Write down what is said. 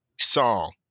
song